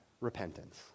repentance